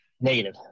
Negative